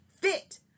fit